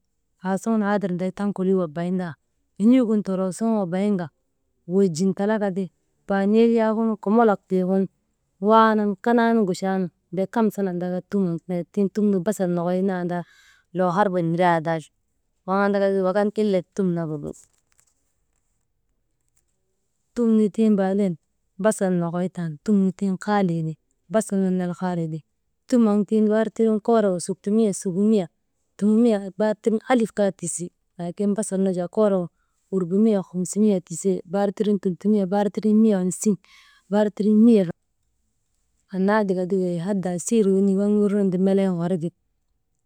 Aasuŋun haadir nday taŋ kolii wabayin taani, en̰igin toroo suŋun wabayinka, wojin talaka ti paaniyek yaagunu komolok tiigun kanaanu guchaanu bee kam sana taakaa, tum nu tindate, tiŋ tum nu basal nokoy nandaa, loo harba niranda waŋ andaka wak an illek tum nagu ti. Tum tiŋ baaden basal nokoy tan tum nu tiŋ haalii ti basal nun ner haalii ti, tum waŋ tiŋ bar tindriinu koorogu suttumiya, subuumiya, tumumiya bar tindri tiŋ alif kaa tisi laakin basal jaa koorogu urbuumiya, humsumiya tisi bar tindrin tultumiya, bar tindrin miya hamsin, bar tindrin miya, annaa tika ti wey hadaa siyir wenii waŋ wirnun ti melen warki.